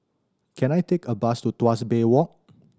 can I take a bus to Tuas Bay Walk